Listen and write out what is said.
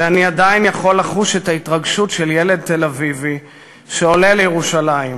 ואני עדיין יכול לחוש את ההתרגשות של ילד תל-אביבי שעולה לירושלים,